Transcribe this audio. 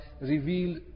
revealed